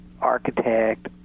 architect